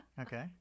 Okay